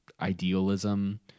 idealism